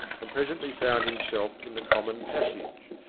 and presently found himself in the common passage.